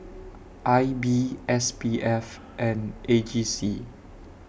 I B S P F and A G C